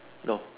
go